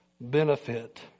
benefit